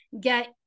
get